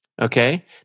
Okay